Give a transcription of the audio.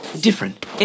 different